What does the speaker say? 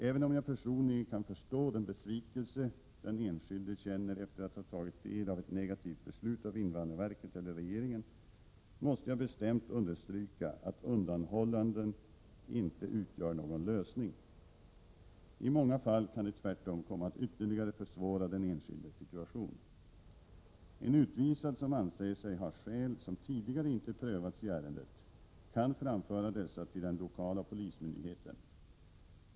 Även om jag personligen kan förstå den besvikelse den enskilde känner efter att ha tagit del av ett negativt beslut av invandrarverket eller regeringen, måste jag bestämt understryka att undanhållande inte utgör någon lösning. I många fall kan det tvärtom komma att ytterligare försvåra den enskildes situation. En utvisad som anser sig ha skäl som tidigare inte prövats i ärendet, kan framföra dessa till den lokala polismyndigheten.